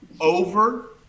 over